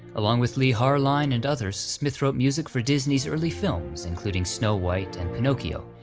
along with leigh harline and others, smith wrote music for disney's early films, including snow white, and pinocchio,